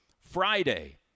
Friday